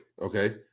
Okay